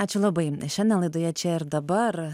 ačiū labai šiandien laidoje čia ir dabar